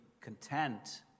content